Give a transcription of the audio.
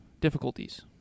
difficulties